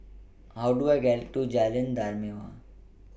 How Do I get to Jalan Dermawan